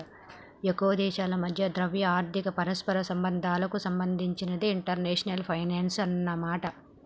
ఎక్కువ దేశాల మధ్య ద్రవ్య ఆర్థిక పరస్పర సంబంధాలకు సంబంధించినదే ఇంటర్నేషనల్ ఫైనాన్సు అన్నమాట